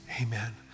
amen